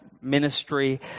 ministry